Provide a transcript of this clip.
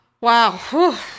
Wow